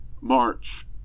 March